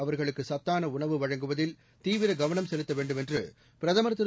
அவர்களுக்கு சத்தான உணவு வழங்குவதில் தீவிர கவனம் செலுத்த வேண்டும் என்று பிரதமர் திரு